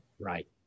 right